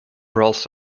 rolls